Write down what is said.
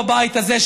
בבית הזה,